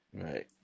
Right